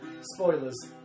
spoilers